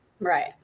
Right